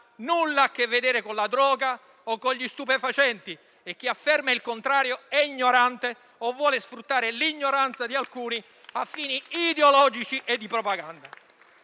nulla a che vedere con la droga o con gli stupefacenti, e chi afferma il contrario è ignorante o vuole sfruttare l'ignoranza di alcuni a fini ideologici e di propaganda.